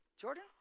Jordan